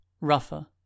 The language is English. rougher